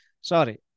sorry